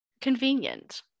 convenient